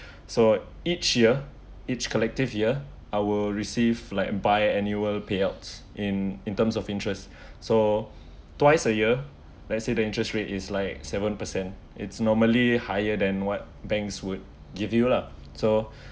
so each year each collective year I'll received like bi-annual payouts in in terms of interest so twice a year let's say the interest rate is like seven percent it's normally higher than what banks would give you lah so